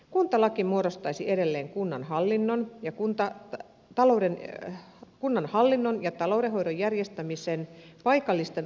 kuntalaki muodostaisi edelleen kunnan hallinnon ja kunta ja talouden että kunnan hallinnon ja taloudenhoidon järjestämisen paikallisten olosuhteiden mukaan